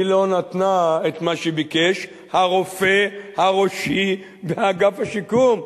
היא לא נתנה את מה שביקש הרופא הראשי מאגף השיקום.